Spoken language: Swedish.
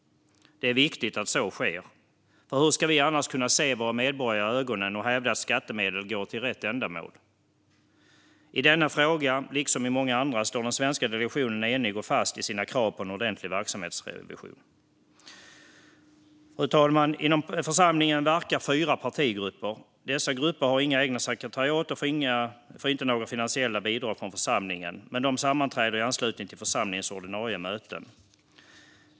Det är viktigt att så sker. Hur ska vi annars kunna se våra medborgare i ögonen och hävda att skattemedel går till rätt ändamål? I denna fråga, liksom i många andra, står den svenska delegationen enig och fast i sina krav på en ordentlig verksamhetsrevision. Fru talman! Inom församlingen verkar fyra partigrupper. Dessa grupper har inga egna sekretariat och får inte några finansiella bidrag från församlingen, men de sammanträder i anslutning till församlingens ordinarie möten.